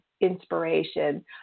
inspiration